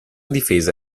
difesa